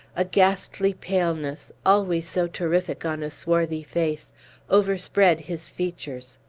a ghastly paleness always so terrific on a swarthy face overspread his features.